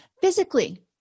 physically